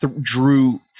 Drew